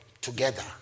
together